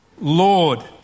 Lord